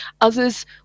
others